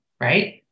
right